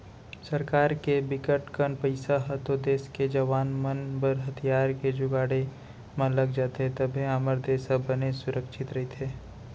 सरकार के बिकट कन पइसा ह तो देस के जवाना मन बर हथियार के जुगाड़े म लग जाथे तभे हमर देस ह बने सुरक्छित रहिथे